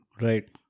Right